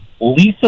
Lisa